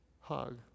hug